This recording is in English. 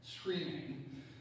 screaming